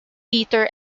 peter